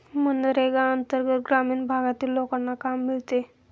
मनरेगा अंतर्गत ग्रामीण भागातील लोकांना काम मिळते